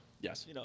yes